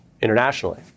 internationally